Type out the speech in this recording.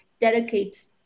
dedicates